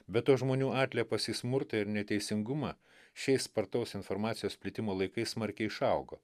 be to žmonių atliepas į smurtą ir neteisingumą šiais spartaus informacijos plitimo laikais smarkiai išaugo